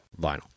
vinyl